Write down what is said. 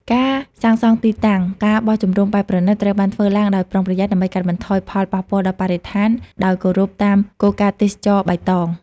ការសាងសង់ទីតាំង ការបោះជំរំបែបប្រណីត ត្រូវបានធ្វើឡើងដោយប្រុងប្រយ័ត្ន ដើម្បីកាត់បន្ថយផលប៉ះពាល់ដល់បរិស្ថាន ដោយគោរពតាមគោលការណ៍ទេសចរណ៍បៃតង។